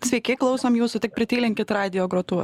sveiki klausom jūsų tik pritylinkit radijo grotuvą